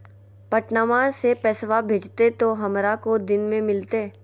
पटनमा से पैसबा भेजते तो हमारा को दिन मे मिलते?